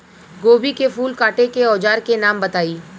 गोभी के फूल काटे के औज़ार के नाम बताई?